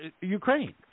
Ukraine